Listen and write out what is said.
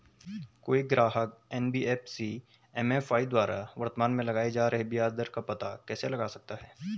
कोई ग्राहक NBFC MFI द्वारा वर्तमान में लगाए जा रहे ब्याज दर का पता कैसे लगा सकता है?